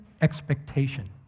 expectation